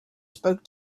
spoke